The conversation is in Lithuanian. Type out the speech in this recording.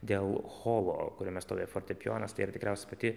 dėl cholo kuriame stovi fortepijonas tai yra tikriausiai pati